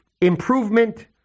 improvement